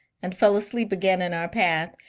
and fell asleep again in our path,